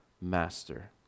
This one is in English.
master